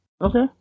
Okay